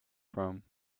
from